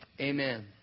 Amen